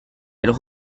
elles